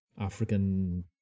African